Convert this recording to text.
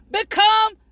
become